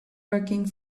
working